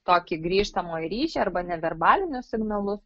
tokį grįžtamąjį ryšį arba neverbalinius signalus